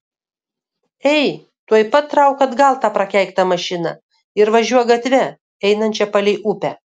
ei tuoj pat trauk atgal tą prakeiktą mašiną ir važiuok gatve einančia palei upę